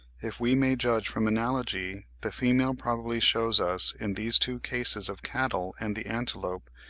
if we may judge from analogy, the female probably shews us, in these two cases of cattle and the antelope,